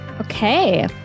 Okay